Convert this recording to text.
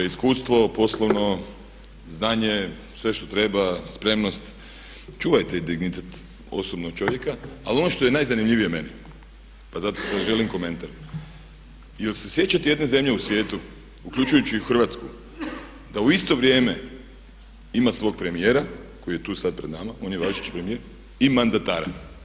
Iskustvo poslovno, znanje, sve što treba, spremnost čuvajte i dignitet osobno čovjeka ali ono što je najzanimljivije meni pa zato želim komentar, jel se sjećate jedne zemlje u svijetu uključujući i Hrvatsku da u isto vrijeme ima svog premijera koji je tu sad pred nama, on je važeći premijer i mandatara.